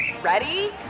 Ready